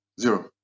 zero